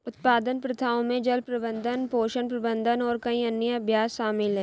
उत्पादन प्रथाओं में जल प्रबंधन, पोषण प्रबंधन और कई अन्य अभ्यास शामिल हैं